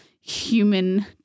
human